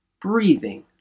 breathing